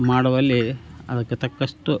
ಮಾಡುವಲ್ಲಿ ಅದಕ್ಕೆ ತಕ್ಕಷ್ಟು